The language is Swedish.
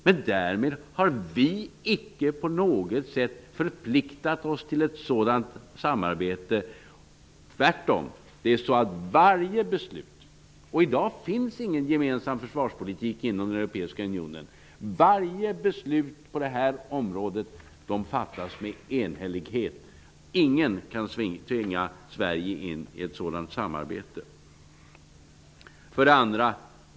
Men därmed har vi icke på något sätt förpliktat oss till ett sådant samarbete. Det finns i dag ingen gemensam försvarspolitik inom den europeiska unionen. Varje beslut på det här området fattas med enhällighet. Ingen kan tvinga in Sverige i ett sådant samarbete.